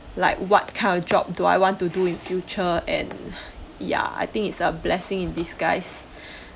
like what kind of job do I want to do in future and ya I think is a blessing in disguise